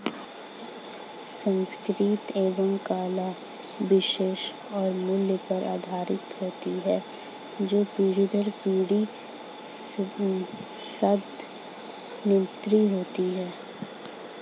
संस्कृति एवं कला विश्वास और मूल्य पर आधारित होती है जो पीढ़ी दर पीढ़ी स्थानांतरित होती हैं